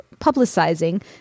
publicizing